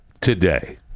today